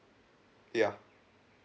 ya